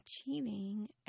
achieving